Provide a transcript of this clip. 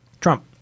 Trump